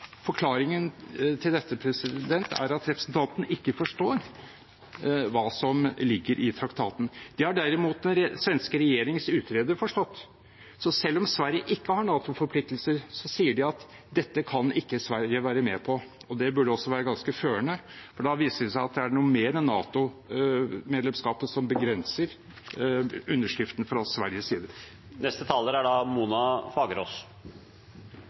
forklaringen på dette er at representanten ikke forstår hva som ligger i traktaten. Det har derimot den svenske regjerings utreder forstått. Selv om Sverige ikke har NATO-forpliktelser, sier de at dette kan ikke Sverige være med på. Det burde også være ganske førende, for det viser at det er noe mer enn NATO-medlemskapet som begrenser underskriften fra Sveriges side. Da